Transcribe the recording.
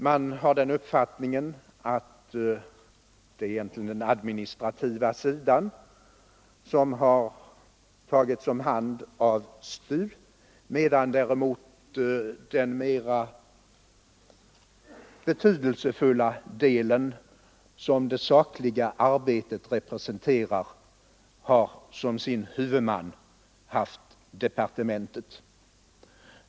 Man har den uppfattningen att det egentligen är den administrativa sidan som tagits om hand av STU, medan däremot den mera betydelsefulla del som det sakliga arbetet representerar har som sin huvudman haft departementet.